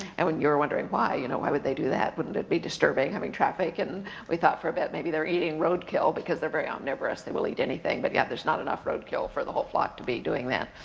and when we were wondering why, you know why would they do that? wouldn't it be disturbing having traffic? and we thought for a bit maybe they were eating roadkill because they're very omnivorous, they will eat anything, but yeah there's not enough roadkill for the whole flock to be doing that.